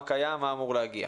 מה קיים ומה אמור להגיע.